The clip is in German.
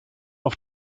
auf